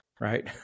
right